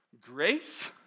Grace